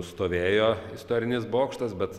stovėjo istorinis bokštas bet